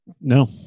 no